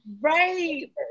Right